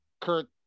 Kurt